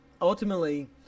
ultimately